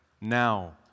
now